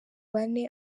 bane